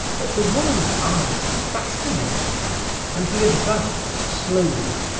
but the woman's eyes fascinated him and he advanced slowly,